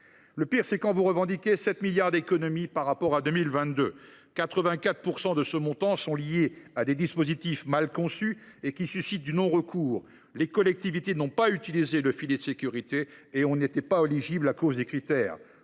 Le pire, c’est quand vous revendiquez 7 milliards d’euros d’économies par rapport à 2022, alors que ce montant est lié pour 84 % à des dispositifs mal conçus et suscitant du non recours : les collectivités n’ont pas utilisé le filet de sécurité ou n’y étaient pas éligibles à cause des critères